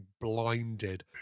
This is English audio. blinded